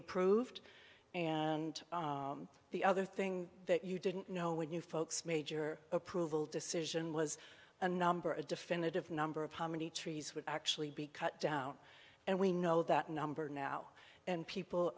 approved and the other thing that you didn't know when you folks major approval decision was a number a definitive number of how many trees would actually be cut down and we know that number now and people